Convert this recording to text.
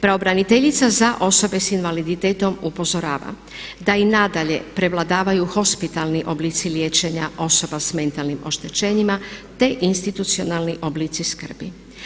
Pravobraniteljica za osobe s invaliditetom upozorava da i nadalje prevladavaju hospitalni oblici liječenja osoba s mentalnim oštećenjima te institucionalni oblici skrbi.